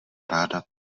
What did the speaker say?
ráda